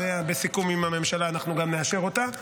ובסיכום עם הממשלה אנחנו גם נאשר אותה,